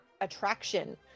attraction